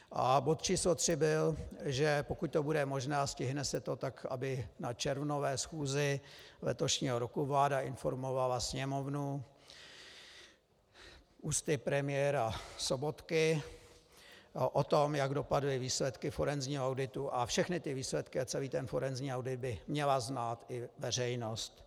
A bod číslo 3 byl, že pokud to bude možné a stihne se to, tak aby na červnové schůzi letošního roku vláda informovala Sněmovnu ústy premiéra Sobotky o tom, jak dopadly výsledky forenzního auditu, a všechny výsledky a celý forenzní audit by měla znát i veřejnost.